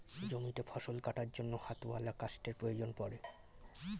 জমিতে ফসল কাটার জন্য হাতওয়ালা কাস্তের প্রয়োজন পড়ে